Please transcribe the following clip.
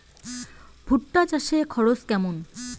ভুট্টা চাষে খরচ কেমন?